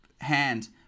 hand